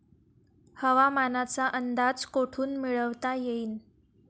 हवामानाचा अंदाज कोठून मिळवता येईन?